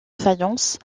fayence